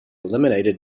eliminated